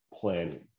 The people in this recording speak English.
planning